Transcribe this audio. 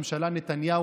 ריגר: